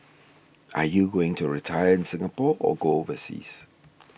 are you going to retire in Singapore or go overseas